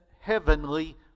heavenly